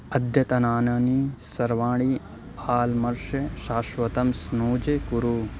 अद्यतनानि सर्वाणि हाल्मर्शे शाश्वतं स्नूजे कुरु